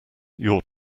your